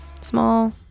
small